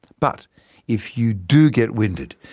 but if you do get winded,